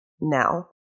Now